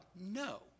no